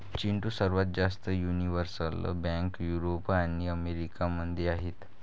चिंटू, सर्वात जास्त universal bank Europe आणि अमेरिका मध्ये आहेत